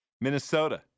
Minnesota